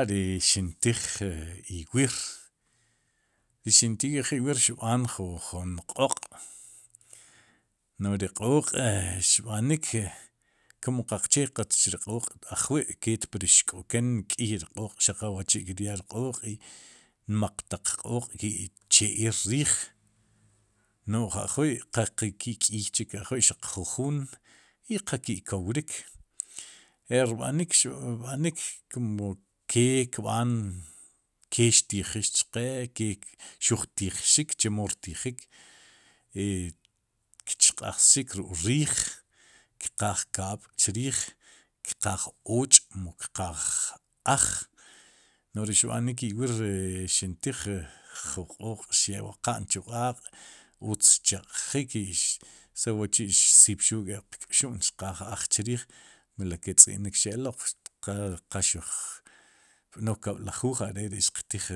Ri xin tij iwir ri xin tiij iwir xb'an jun q'ooq'noj ri q'ooq'xb'anik, kum qaqche qatz ri q'ooq'ajwi' ketpli xk'oken k'iy ri q'ooq'xaq awa'chi' kiryaa ri q'ooq' nmaq taq q'ooq' ki'che'ir riij, n'oj ajwi'qaqatz ki'k'iy chik ajwi'xaq jujun i qa ki'kowrik, e erb'anik erb'anik kum ke kb'aan ke xtijix chqe ke xuj tijxik chemo rtijik, e chq'ajxik xuk'riij, qqaaj kaab'chriij, kqaaj och'mu kqaaj aj no'j ri xbánik iwir xin tiij, ju q'ooq'xya'uqan chu q'aaq' utz xcheq'jin no se wa'chi'xsipxuul nk'ej qk'xu'n xqaaj aj chriij, mele chetz'i'nik xe'loq tqa qaxuj b'noy cab'lajuuj are'ri xiqtiij